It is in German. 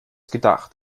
gedacht